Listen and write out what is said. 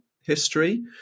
history